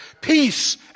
peace